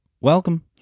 welcome